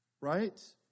right